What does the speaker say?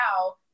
now